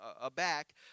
aback